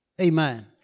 Amen